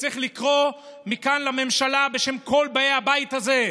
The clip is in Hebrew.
וצריך לקרוא מכאן לממשלה בשם כל באי הבית הזה.